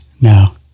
now